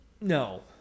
No